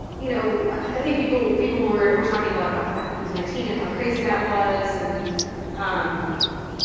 you know i think people people were were talking about about the fact that he was nineteen and how crazy that was, and um